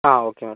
ആ okay madam